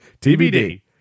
TBD